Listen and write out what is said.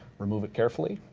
remove it carefully,